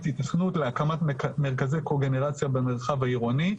היתכנות להקמת מרכזי קוגנרציה במרחב העירוני,